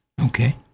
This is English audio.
Okay